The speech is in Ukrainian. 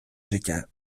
життя